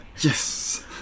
Yes